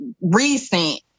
recent